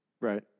Right